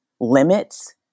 limits